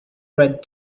read